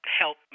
help